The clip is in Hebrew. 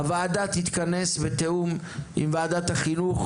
הוועדה תתכנס, בתיאום עם ועדת החינוך,